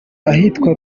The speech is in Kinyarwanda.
ahitwa